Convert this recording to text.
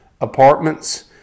apartments